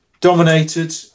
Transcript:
dominated